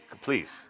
Please